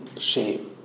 shame